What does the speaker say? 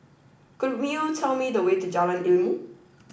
could you tell me the way to Jalan Ilmu